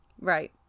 right